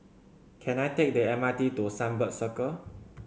can I take the M R T to Sunbird Circle